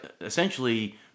essentially